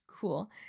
cool